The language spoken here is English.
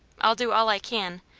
i'll do all i can,